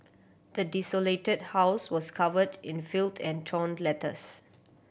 the desolated house was covered in filth and torn letters